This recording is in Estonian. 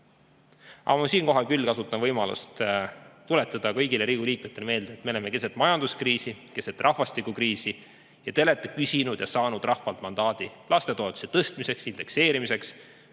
Aga ma siinkohal küll kasutan võimalust tuletada kõigile Riigikogu liikmetele meelde, et me oleme keset majanduskriisi, keset rahvastikukriisi ja te olete küsinud ja saanud rahvalt mandaadi lastetoetuste tõstmiseks, indekseerimiseks,